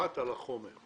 אחת, על החומר.